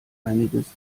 einiges